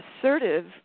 assertive